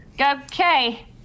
Okay